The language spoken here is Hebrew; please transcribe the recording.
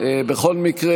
בכל מקרה,